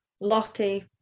Lottie